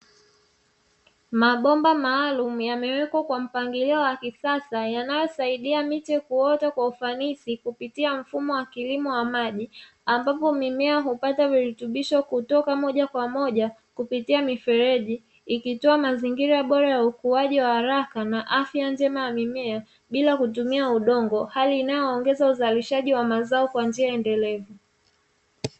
Mabomba maalumu yamewekwa kwa mpangilio wa kisasa, yanayosaidia miche kuota kwa ufanisi kupitia mfumo wa kilimo cha maji, ambapo mimea hupata virutubisho kutoka moja kwa moja kupitia mifereji; ikitoa mazingira bora ya ukuaji wa haraka na afya njema ya mimea bila kutumia udongo. Hali inayoongeza uzalishaji wa mazao kwa njia endelevu.